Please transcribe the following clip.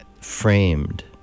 framed